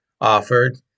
offered